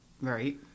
Right